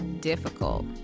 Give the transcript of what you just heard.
difficult